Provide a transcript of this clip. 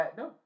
no